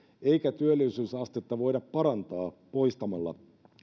eikä työllisyysastetta voida parantaa poistamalla